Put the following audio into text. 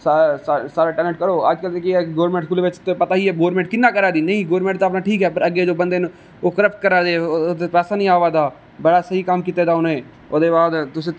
सारा टेलेंट करो अजकल जेहकी गवर्नमैंट स्कूलें च पता गै है गवर्नमैंट किन्ना करा दी नेईं गवर्नमेंट ते अपना ठीक ऐ अग्गै जो बंदे ना ओह् क्रप्ट करा दे ओहदा पेसा नेईं आबा दा बड़ा स्हेई कम्म कीता दा उ'नें ओहदे बाद तुसें